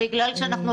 זה ערכים,